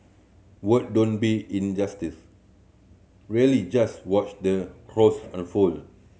word don't be in justice really just watch the unfold